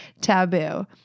Taboo